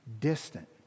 distant